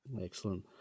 Excellent